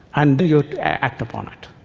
and you act upon it.